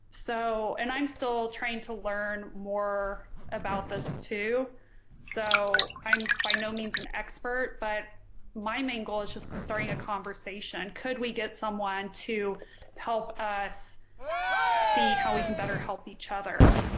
so and i'm still trying to learn more about this too so i'm by no means an expert but my main goal is just starting a conversation, could we get someone to help us see how we can better help each other